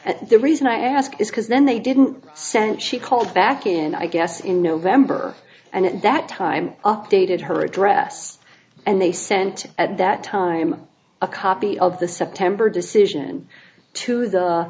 and the reason i ask is because then they didn't send she called back in i guess in november and at that time updated her address and they sent at that time a copy of the september decision to the